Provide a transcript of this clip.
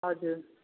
हजुर